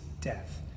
death